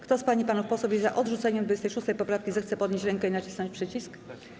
Kto z pań i panów posłów jest za odrzuceniem 26. poprawki, zechce podnieść rękę i nacisnąć przycisk.